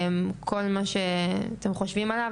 כל מה שאתם חושבים עליו,